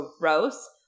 gross